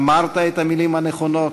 אמרת את המילים הנכונות,